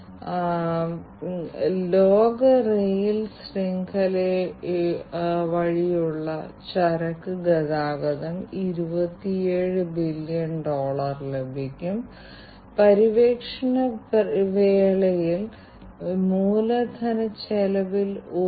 അതിനാൽ ഖനന വ്യവസായത്തിൽ ഐഐഒടി സാങ്കേതികവിദ്യകൾ സ്വീകരിക്കുന്നത് ദുരന്ത മുന്നറിയിപ്പ് ഖനിത്തൊഴിലാളികളുടെ ജോലി സാഹചര്യം തത്സമയം തുടർച്ചയായി നിരീക്ഷിക്കാൻ കഴിയും തുടങ്ങിയ കാര്യങ്ങളിൽ ഞങ്ങൾക്ക് പ്രയോജനം ലഭിക്കും